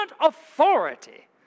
authority